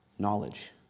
Knowledge